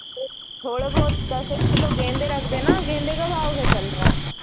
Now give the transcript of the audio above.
थोड़े बहुत दस एक किलो गेंदे रख दे ना गेंदे का भाव के चल रहा है